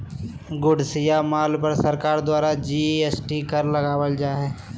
goods या माल पर सरकार द्वारा जी.एस.टी कर लगावल जा हय